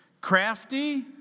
Crafty